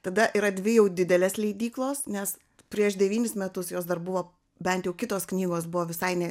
tada yra dvi jau didelės leidyklos nes prieš devynis metus jos dar buvo bent jau kitos knygos buvo visai ne